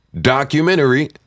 documentary